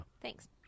Thanks